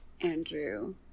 Andrew